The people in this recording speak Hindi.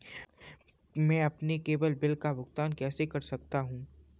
मैं अपने केवल बिल का भुगतान कैसे कर सकता हूँ?